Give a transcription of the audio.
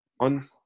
on